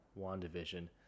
WandaVision